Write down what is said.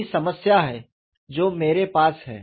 यही समस्या है जो मेरे पास है